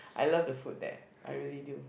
I love the food there I really do